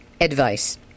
advice